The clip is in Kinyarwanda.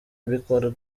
mbikora